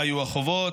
מה יהיו החובות.